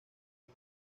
del